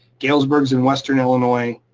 galesburg's in western illinois.